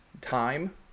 time